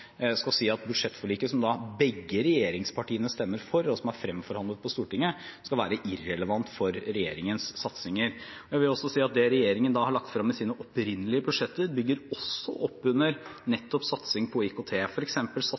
skal si at budsjettforliket, som begge regjeringspartiene stemte for, og som ble fremforhandlet på Stortinget, skal være irrelevant for regjeringens satsinger. Jeg vil også si at det regjeringen har lagt frem i sine opprinnelige budsjetter, også bygger opp under nettopp satsing på IKT.